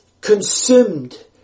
consumed